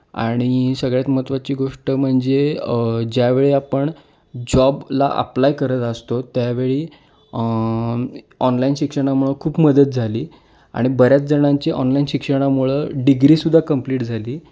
आणि सगळ्यात महत्त्वाची गोष्ट म्हणजे ज्यावेळी आपण जॉबला आप्लाय करत असतो त्यावेळी ऑनलाईन शिक्षणामुळं खूप मदत झाली आणि बऱ्याच जणांची ऑनलाईन शिक्षणामुळं डिग्रीसुद्धा कम्प्लीट झाली